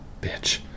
bitch